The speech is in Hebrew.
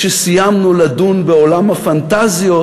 כשסיימנו לדון בעולם הפנטזיות,